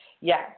Yes